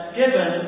given